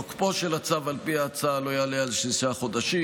תוקפו של הצו, לפי ההצעה, לא יעלה על שישה חודשים.